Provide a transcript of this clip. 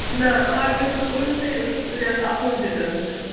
نہَ R B سکوٗلس سے یَتھ اَپوزِٹ چھِ